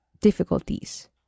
difficulties